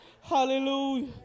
Hallelujah